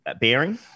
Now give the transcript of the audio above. bearing